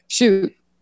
Shoot